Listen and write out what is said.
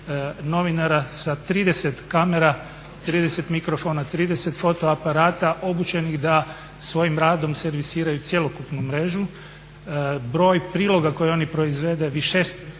novinara sa 30 kamara, 30 mikrofona, 30 fotoaparata, obučenih da svojim radom servisiraju cjelokupnu mrežu. Broj priloga koji oni proizvodu višestruko